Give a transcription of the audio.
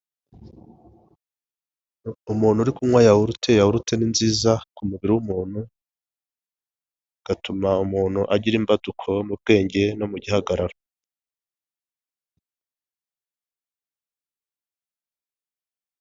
Umuntu uri kunywa yawurute, yawurute ni nziza ku mubiri w'umuntu, igatuma umuntu agira imbaduko mu bwenge no mu gihagararo.